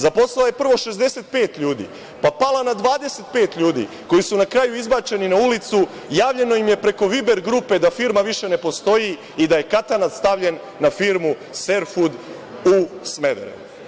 Zaposlila je prvo 65 ljudi, pa pala na 25 ljudi, koji su na kraju izbačeni na ulicu, javljeno im je preko „viber“ grupe da firma više ne postoji i da je katanac stavljen na firmu „Serfud“ u Smederevu.